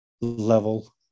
level